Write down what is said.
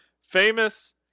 Famous